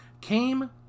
came